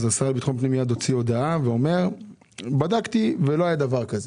השר לביטחון פנים מיד הוציא הודעה ואומר שהוא בדק ולא היה דבר כזה.